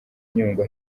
nyungwe